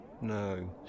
No